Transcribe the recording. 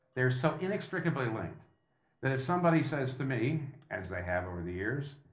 they're so inextricably linked that if somebody says to me, as they have over the years,